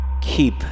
keep